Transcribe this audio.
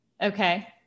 Okay